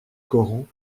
coron